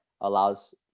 allows